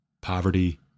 poverty